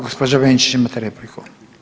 Gospođo Benčić imate repliku.